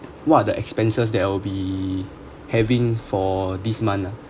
what're the expenses that I'll be having for this month ah